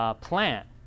plant